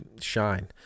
shine